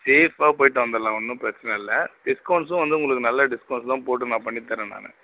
சேஃப்பாக போய்ட்டு வந்துடலாம் ஒன்றும் பிரச்சனை இல்லை டிஸ்கௌவுண்ட்ஸும் வந்து உங்களுக்கு நல்லா டிஸ்கௌவுண்ட்ஸுலாம் போட்டு நான் பண்ணித்தர்றேன் நான்